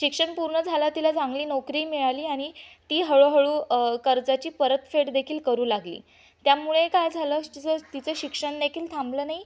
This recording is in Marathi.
शिक्षण पूर्ण झालं तिला चांगली नोकरी मिळाली आणि ती हळूहळू कर्जाची परतफेड देखील करू लागली त्यामुळे काय झालं तिचं तिचं शिक्षण देखील थांबलं नाही